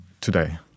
today